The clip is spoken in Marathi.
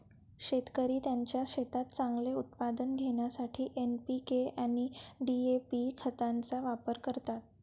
शेतकरी त्यांच्या शेतात चांगले उत्पादन घेण्यासाठी एन.पी.के आणि डी.ए.पी खतांचा वापर करतात